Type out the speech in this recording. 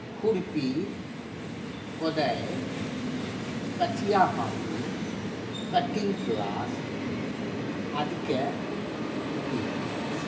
खुरपी कोदारि कचिया हाँसू कटिङ्ग पिलास आदिके उपयोग करैत छी